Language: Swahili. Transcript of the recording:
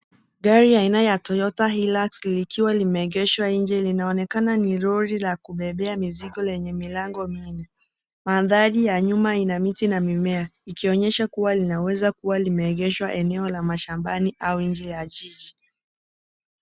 Gari ya aina ya Toyota Hilux likiwa limeegeshwa nje linaonekana ni lori la kubebea mizigo lenye milango minne, mandhari ya nyuma ina miti na mimea ikionyesha kuwa linaweza kuwa limeegeshwa eneo la mashambani au nje ya jiji.